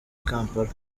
kampala